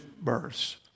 births